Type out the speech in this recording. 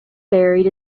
buried